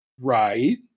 Right